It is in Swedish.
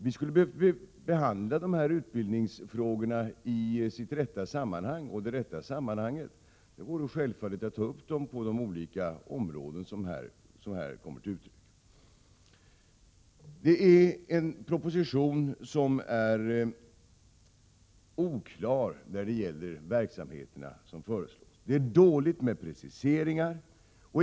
Vi skulle ha behövt behandla dessa utbildningsfrågor i deras rätta sammanhang, och det rätta sammanhanget vore självfallet att ta upp dem på de olika områden som nämns i betänkandet. Propositionen är oklar i vad gäller de verksamheter som föreslås. Det är dåligt med preciseringar.